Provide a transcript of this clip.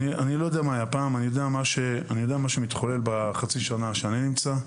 אני יודע מה שמתחולל בחצי שנה שבה אני נמצא.